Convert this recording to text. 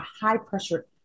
high-pressure